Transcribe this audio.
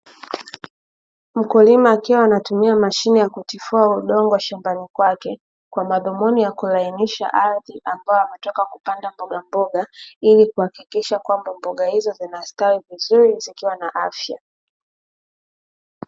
Mkulima akiwa anatumia mashine ya kutifua udongo shambani kwake kwa madhumuni ya kulainisha ardhi ambayo ametoka kupanda mbogamboga, ili kuhakikisha mboga hizo zinastawi vizuri zikiwa na afya.